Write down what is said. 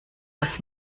das